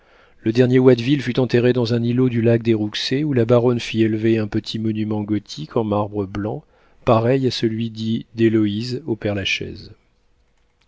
le dernier watteville fut enterré dans un îlot du lac des rouxey où la baronne fit élever un petit monument gothique en marbre blanc pareil à celui dit d'héloïse au père-lachaise